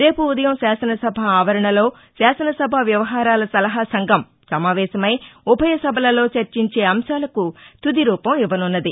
రేపు ఉదయం శాసనసభ ఆవరణలో శాసనసభా వ్యవహారాల సలహా సంఘం సమావేశమై ఉభయ సభలలో చర్చించే అంశాలకు తుది రూపం ఇవ్వనున్నది